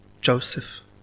Joseph